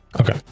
Okay